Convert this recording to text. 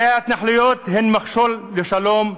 הרי ההתנחלויות הן מכשול לשלום,